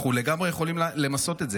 אנחנו לגמרי יכולים למסות את זה.